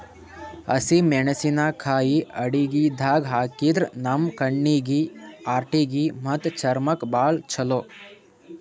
ಹಸಿಮೆಣಸಿಕಾಯಿ ಅಡಗಿದಾಗ್ ಹಾಕಿದ್ರ ನಮ್ ಕಣ್ಣೀಗಿ, ಹಾರ್ಟಿಗಿ ಮತ್ತ್ ಚರ್ಮಕ್ಕ್ ಭಾಳ್ ಛಲೋ